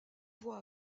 voies